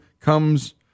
comes